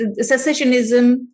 secessionism